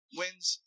wins